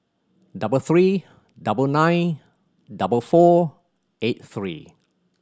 double three double nine double four eight three